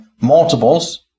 multiples